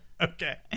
Okay